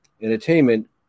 Entertainment